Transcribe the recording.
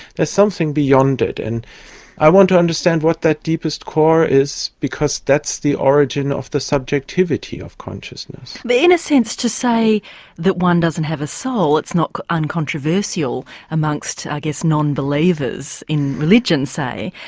there's something beyond it. and i want to understand what that deepest core is because that's the origin of the subjectivity of consciousness. but in a sense to say that one doesn't have a soul, it's not uncontroversial amongst, i guess, non-believers in religion, say,